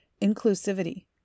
inclusivity